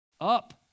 Up